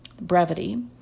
brevity